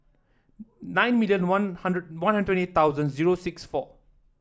nine million One Hundred One Hundred twenty eight thousand zero six four